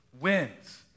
wins